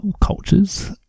cultures